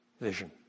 vision